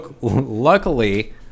luckily